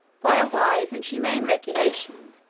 by a wise and humane regulation,